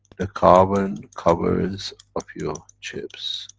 the carbon covers up your chips.